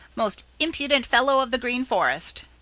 most impudent fellow of the green forest,